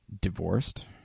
divorced